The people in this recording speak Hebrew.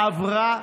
עברה,